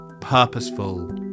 purposeful